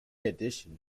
addition